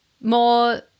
More